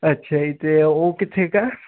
ਅੱਛਾ ਜੀ ਤੇ ਉਹ ਕਿੱਥੇ